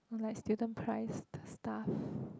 or like student price the stuff